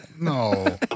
no